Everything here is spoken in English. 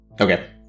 Okay